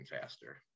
faster